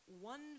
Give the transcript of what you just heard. one